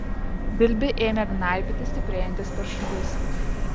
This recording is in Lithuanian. dilbį ėmė gnaibyti stiprėjantis peršulys